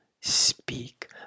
speak